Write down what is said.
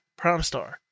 Promstar